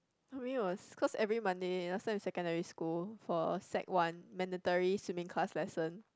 to me was cause every Monday last time in secondary school for sec one mandatory swimming class lesson